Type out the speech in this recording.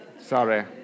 Sorry